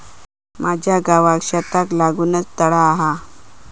माझ्या गावात शेताक लागूनच तळा हा